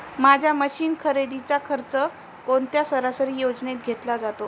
माझ्या मशीन खरेदीचा खर्च कोणत्या सरकारी योजनेत घेतला जातो?